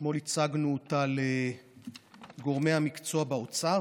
אתמול הצגנו אותה לגורמי המקצוע באוצר.